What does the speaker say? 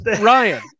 Ryan